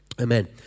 Amen